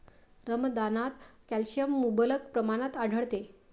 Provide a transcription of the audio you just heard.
रमदानात कॅल्शियम मुबलक प्रमाणात आढळते